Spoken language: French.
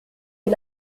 est